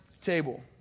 table